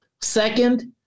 Second